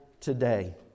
today